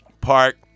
Park